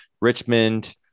Richmond